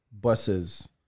buses